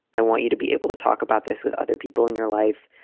i want you to be able to talk about this with other people in your life.